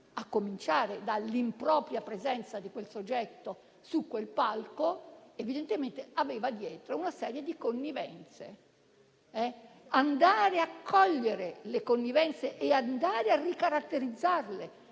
a cominciare dall'impropria presenza di quel soggetto su quel palco, aveva dietro una serie di connivenze. Andare a cogliere le connivenze e andare a ricaratterizzarle